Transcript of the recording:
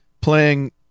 playing